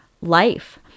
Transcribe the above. life